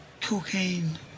Cocaine